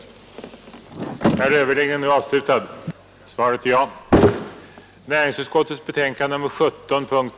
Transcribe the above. nisk utveckling